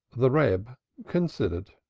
the reb considered.